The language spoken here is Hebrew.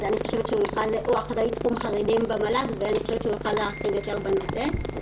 הוא אחראי תחום חרדים במל"ג ואני חושבת שהוא יוכל להרחיב יותר בנושא.